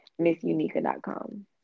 MissUnika.com